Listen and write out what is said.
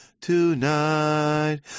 tonight